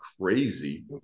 crazy